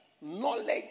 knowledge